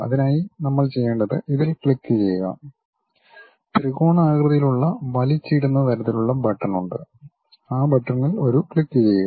അതിനായി നമ്മൾ ചെയ്യേണ്ടത് ഇതിൽ ക്ലിക്കുചെയ്യുക ത്രികോണാകൃതിയിലുള്ള വലിച്ചിടുന്ന തരത്തിലുള്ള ബട്ടൺ ഉണ്ട് ആ ബട്ടണിൽ ഒരു ക്ലിക്ക് ചെയ്യുക